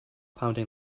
pounding